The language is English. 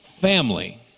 family